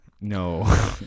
no